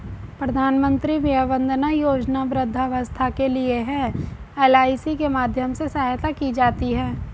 प्रधानमंत्री वय वंदना योजना वृद्धावस्था के लिए है, एल.आई.सी के माध्यम से सहायता की जाती है